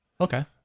Okay